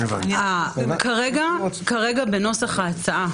כרגע בנוסח ההצעה,